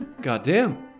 Goddamn